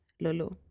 lolo